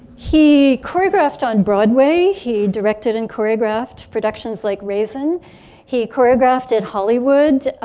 he choreographed on broadway. he directed and choreographed productions like raisin he choreographed in hollywood.